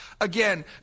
again